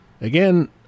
Again